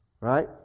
right